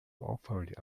offered